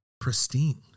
pristine